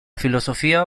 filosofía